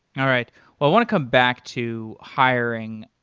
all right. i want to come back to hiring.